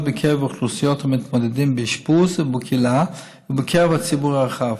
בקרב אוכלוסיית המתמודדים באשפוז ובקהילה ובקרב הציבור הרחב.